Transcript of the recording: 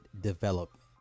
development